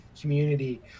community